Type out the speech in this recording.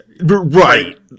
right